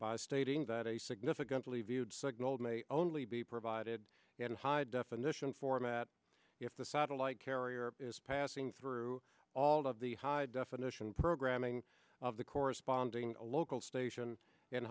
by stating that a significantly viewed signalled may only be provided in high definition format if the satellite carrier is passing through all of the high definition programming of the corresponding local station in